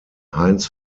heinz